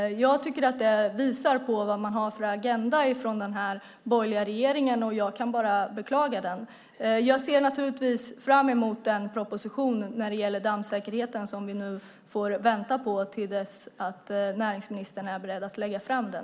Jag tycker att det visar på vad man har för agenda från den borgerliga regeringen. Jag kan bara beklaga den. Jag ser naturligtvis fram emot den proposition, när det gäller dammsäkerheten, som vi nu får vänta på till dess att näringsministern är beredd att lägga fram den.